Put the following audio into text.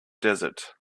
desert